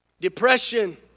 Depression